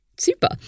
Super